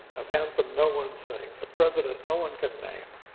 an anthem no one sings, a president no one can name.